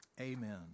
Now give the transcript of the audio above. Amen